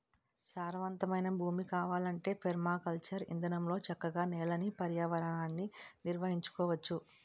సారవంతమైన భూమి కావాలంటే పెర్మాకల్చర్ ఇదానంలో చక్కగా నేలని, పర్యావరణాన్ని నిర్వహించుకోవచ్చు